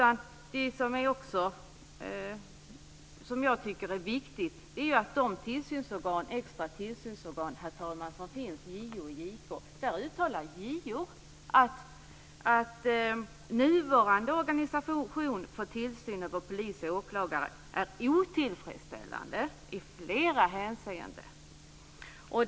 När det gäller de extra tillsynsorgan som finns - JO och JK - uttalar JO att nuvarande organisation för tillsyn över polis och åklagare är otillfredsställande i flera hänseenden.